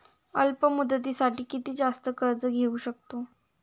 अल्प मुदतीसाठी किती जास्त कर्ज घेऊ शकतो?